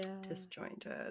disjointed